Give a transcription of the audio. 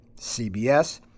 CBS